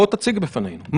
בוא תציג בפנינו.